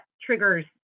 triggers